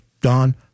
Don